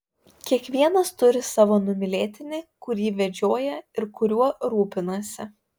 kiekvienas turi savo numylėtinį kurį vedžioja ir kuriuo rūpinasi